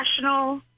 national